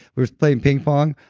whereas playing ping pong,